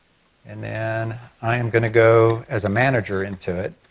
and then i am going to go as a manager into it.